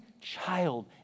child